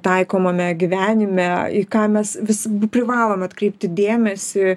taikomame gyvenime į ką mes visi privalom atkreipti dėmesį